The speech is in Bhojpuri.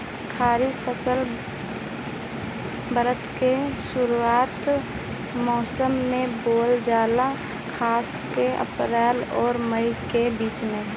खरीफ फसल बरसात के शुरूआती मौसम में बोवल जाला खासकर अप्रैल आउर मई के बीच में